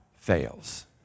fails